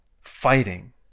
fighting